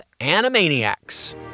Animaniacs